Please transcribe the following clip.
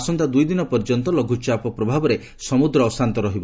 ଆସନ୍ତା ଦୂଇଦିନ ପର୍ଯ୍ୟନ୍ତ ଲଘୁଚାପ ପ୍ରଭାବରେ ସମୁଦ୍ର ଅଶାନ୍ତ ରହିବ